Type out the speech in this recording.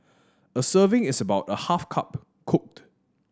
a serving is about a half cup cooked